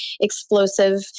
explosive